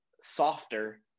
softer